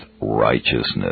righteousness